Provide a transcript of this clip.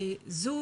זו